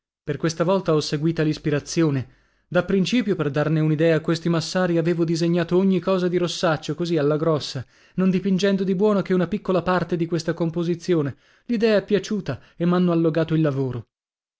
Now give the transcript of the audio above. per questa volta ho seguita l'ispirazione da principio per darne un'idea a questi massari avevo disegnato ogni cosa di rossaccio così alla grossa non dipingendo di buono che una piccola parte di questa composizione l'idea è piaciuta e m'hanno allogato il lavoro